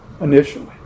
Initially